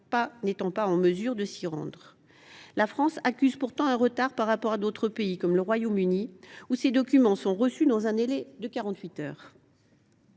n’étant pas en mesure de s’y rendre. La France accuse pourtant un retard par rapport à d’autres pays, comme le Royaume Uni, où ces documents sont reçus dans un délai de quarante